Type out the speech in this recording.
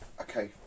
okay